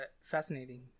fascinating